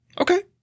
Okay